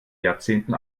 jahrzehnten